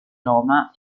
roma